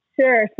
Sure